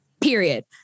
period